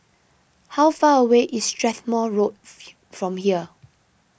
how far away is Strathmore Road from here